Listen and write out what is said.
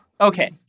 Okay